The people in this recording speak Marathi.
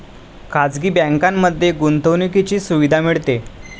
खाजगी बँकांमध्ये गुंतवणुकीची सुविधा मिळते